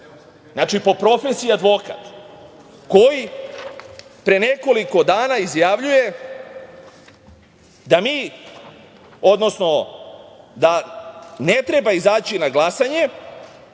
znači po profesiji advokat, koji pre nekoliko dana izjavljuje da ne treba izaći na glasanje,